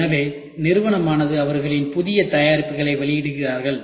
எனவே நிறுவனமானது அவர்களின் புதிய தயாரிப்புகளை வெளியிடுகிறார்கள்